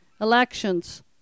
Elections